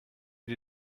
dir